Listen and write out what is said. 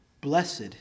Blessed